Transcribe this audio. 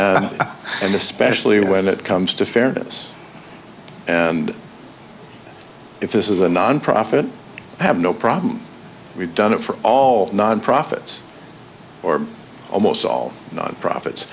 fiscal and especially when it comes to fairness and if this is a nonprofit have no problem we've done it for all nonprofits or almost all non profits